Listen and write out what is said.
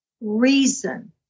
reason